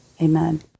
Amen